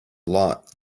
lot